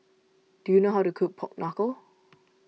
do you know how to cook Pork Knuckle